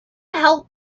help